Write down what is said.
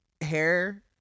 hair